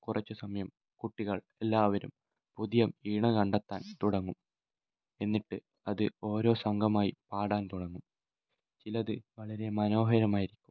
കുറച്ച് സമയം കുട്ടികൾ എല്ലാവരും പുതിയ ഈണം കണ്ടെത്താൻ തുടങ്ങും എന്നിട്ട് അത് ഓരോ സംഘമായി പാടാൻ തുടങ്ങും ചിലത് വളരെ മനോഹരമായിരിക്കും